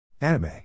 Anime